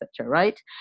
right